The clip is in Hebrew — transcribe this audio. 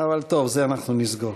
אבל טוב, את זה אנחנו נסגור.